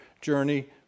journey